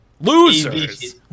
losers